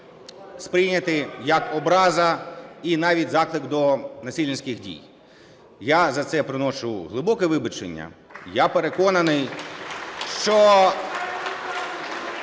сприйняті як образа і навіть заклик до насильницьких дій. Я за це приношу глибоке вибачення. (Оплески) Я переконаний, що